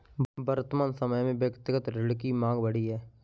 वर्तमान समय में व्यक्तिगत ऋण की माँग बढ़ी है